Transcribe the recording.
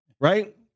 right